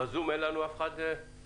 בזום אין לנו אף אחד מהמשרד?